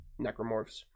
Necromorphs